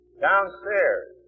Downstairs